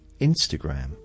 Instagram